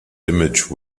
image